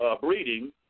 breeding